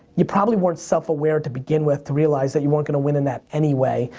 you probably weren't self-aware to begin with to realize that you weren't gonna win in that anyway.